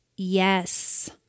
Yes